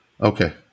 okay